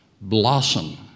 blossom